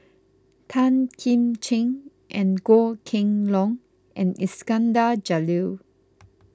Tan Kim Ching Goh Kheng Long and Iskandar Jalil